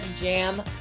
jam